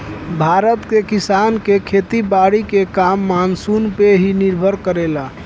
भारत के किसान के खेती बारी के काम मानसून पे ही निर्भर करेला